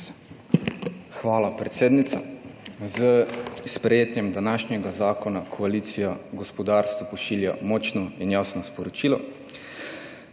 Hvala, predsednica. S prejetjem današnjega zakona koalicija gospodarstvu pošilja močno in jasno sporočilo,